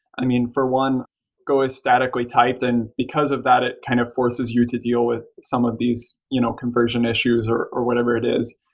for one go is statically typed, and because of that, it kind of forces you to deal with some of these you know conversion issues or or whatever it is.